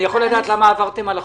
אני יכול לדעת למה עברתם על החוק?